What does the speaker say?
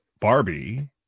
Barbie